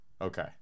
okay